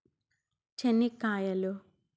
చెనిక్కాయలు